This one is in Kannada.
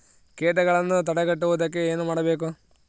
ಕೇಟಗಳನ್ನು ತಡೆಗಟ್ಟುವುದಕ್ಕೆ ಏನು ಮಾಡಬೇಕು?